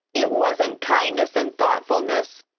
it wasn't kindness and thoughtfulness,